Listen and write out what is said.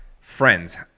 friends